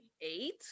eight